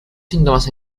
síntomas